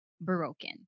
broken